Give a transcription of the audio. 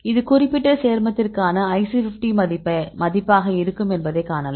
இது குறிப்பிட்ட சேர்மத்திற்கான IC50 மதிப்பாக இருக்கும் என்பதை காணலாம்